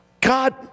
God